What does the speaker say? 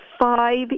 five